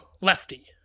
lefty